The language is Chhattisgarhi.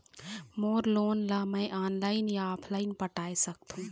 मोर लोन ला मैं ऑनलाइन या ऑफलाइन पटाए सकथों?